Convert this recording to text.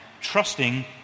trusting